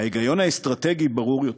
ההיגיון האסטרטגי ברור יותר: